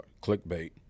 clickbait